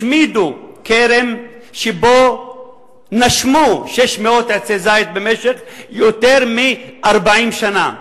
השמידו כרם שבו נשמו 600 עצי זית במשך יותר מ-40 שנה.